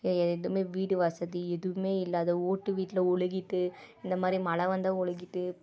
எதுவுமே வீடு வசதி எதுவுமே இல்லாத ஓட்டு வீட்டில் ஒழுகிட்டு இந்த மாதிரி மழை வந்து ஒழுகிட்டு